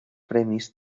premis